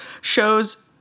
shows